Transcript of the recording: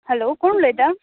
hello कोण उलयता